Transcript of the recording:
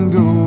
go